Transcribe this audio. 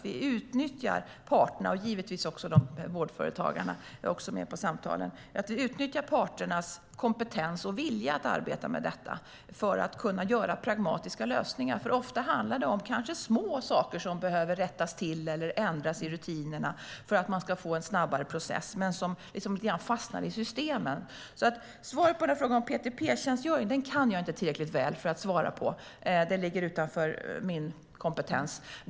Vi utnyttjar parterna och givetvis också Vårdföretagarna - de är också med i samtalen. Vi utnyttjar parternas kompetens och vilja att arbeta med detta, för att kunna åstadkomma pragmatiska lösningar. Ofta handlar det om små saker som behöver rättas till eller ändras i rutinerna för att man ska få en snabbare process, så att man inte fastnar i systemen. Frågan om PTP-tjänstgöring kan jag inte tillräckligt väl för att kunna svara på. Det ligger utanför min kompetens.